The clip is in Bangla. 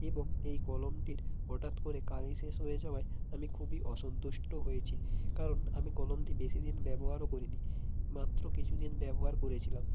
এবং এই কলমটির হঠাৎ করে কালি শেষ হয়ে যাওয়ায় আমি খুবই অসন্তুষ্ট হয়েছি কারণ আমি কলমটি বেশি দিন ব্যবহারও করিনি মাত্র কিছু দিন ব্যবহার করেছিলাম